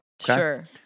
Sure